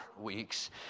weeks